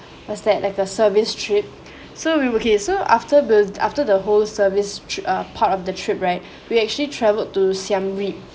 whats that like a service trip so we okay so after this after the whole service trip uh part of the trip right we actually travelled to siam reap